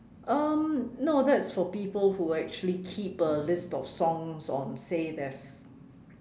um no that's for people who actually keep a list of songs on say their ph~